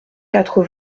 quatre